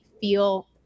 feel